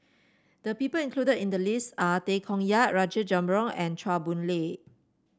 the people included in the list are Tay Koh Yat Rajabali Jumabhoy and Chua Boon Lay